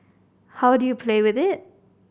how do you play with it